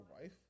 wife